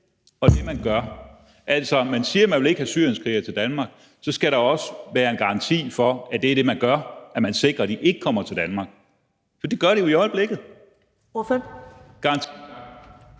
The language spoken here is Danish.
og det, man gør? Altså, man siger, at man ikke vil have syrienskrigere til Danmark. Så skal der også være en garanti for, at det, man gør, er, at man sikrer, at de ikke kommer til Danmark. For det gør de jo i øjeblikket.